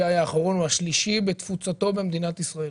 האחרון הוא השלישי בתפוצתו במדינת ישראל.